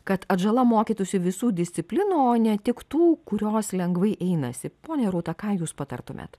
kad atžala mokytųsi visų disciplinų o ne tik tų kurios lengvai einasi ponia rūta ką jūs patartumėt